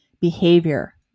behavior